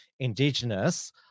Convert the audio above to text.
Indigenous